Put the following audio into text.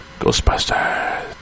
Ghostbusters